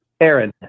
Aaron